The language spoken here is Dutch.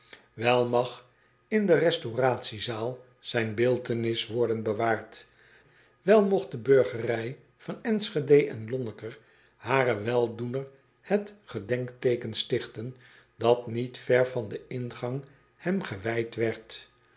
mag in de restauratiezaal zijn beeldtenis worden bewaard wèl mogt de burgerij van nschede en onneker haren weldoener het gedenkteeken stichten dat niet ver van den ingang hem gewijd werd